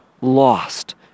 lost